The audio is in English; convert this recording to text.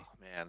man